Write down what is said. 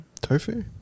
Tofu